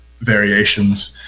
variations